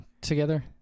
together